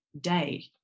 day